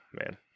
man